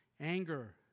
anger